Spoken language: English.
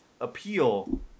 appeal